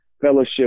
fellowship